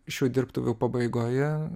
šių dirbtuvių pabaigoje